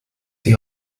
die